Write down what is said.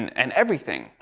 and everything,